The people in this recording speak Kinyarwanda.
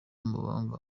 amabanga